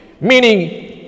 meaning